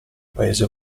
paese